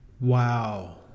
Wow